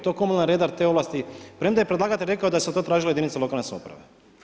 To komunalni redar te ovlasti, premda je predlagatelj rekao da su to tražile jedinice lokalne samouprave.